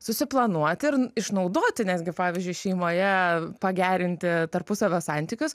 susiplanuoti ir išnaudoti netgi pavyzdžiui šeimoje pagerinti tarpusavio santykius